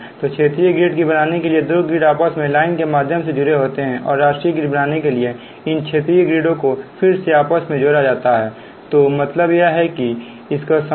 तो क्षेत्रीय ग्रिड की बनाने के लिए दो ग्रीड आपस में टाइलाइन के माध्यम से जुड़े होते हैं और राष्ट्रीय ग्रिड बनाने के लिए इन क्षेत्रीय ग्रिड को फिर से आपस में जोड़ा जाता है तो यह मतलब है इसका समझे